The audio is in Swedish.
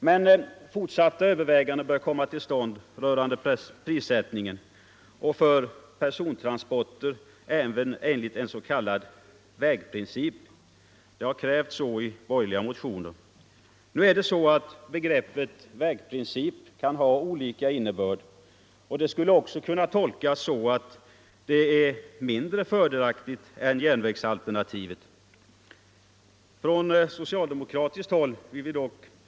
Men fortsatta överväganden bör komma till stånd rörande prissättningen och för persontransporter även enligt en s.k. vägprincip. Det har krävts i borgerliga motioner. Begreppet vägprincip kan emellertid ha olika innebörd, och det skulle också kunna tolkas så att det är mindre fördelaktigt än järnvägsalternativet. Från socialdemokratiskt håll vill vi dock.